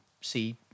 see